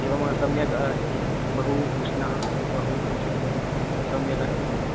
एवं सम्यक् आस्ति बहु उष्णः बहु सम्यगस्ति